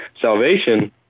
salvation